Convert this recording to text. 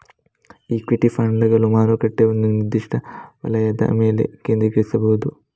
equity ಫಂಡುಗಳು ಮಾರುಕಟ್ಟೆಯ ಒಂದು ನಿರ್ದಿಷ್ಟ ವಲಯದ ಮೇಲೆ ಕೇಂದ್ರೀಕರಿಸಬಹುದು